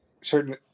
certain